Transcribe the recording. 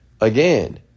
Again